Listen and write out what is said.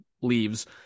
leaves